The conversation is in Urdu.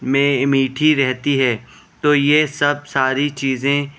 میں میٹھی رہتی ہے تو یہ سب ساری چیزیں